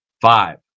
Five